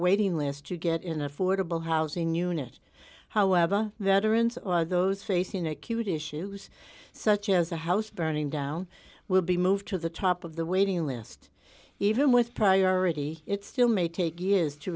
waiting list to get in affordable housing unit however veterans or those facing acute issues such as the house burning down will be moved to the top of the waiting list even with priority it still may take years to